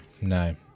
no